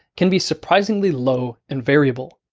can be surprisingly low and variable.